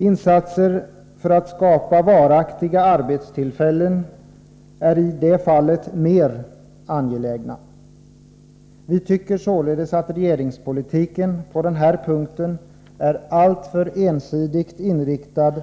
Insatser för att skapa varaktiga arbetstillfällen är i det fallet mer angelägna. Vi tycker således att regeringspolitiken på den punkten är alltför ensidigt inriktad